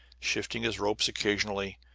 shifting his ropes occasionally,